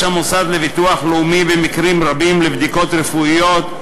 המוסד לביטוח לאומי במקרים רבים לבדיקות רפואיות,